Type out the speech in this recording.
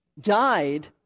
died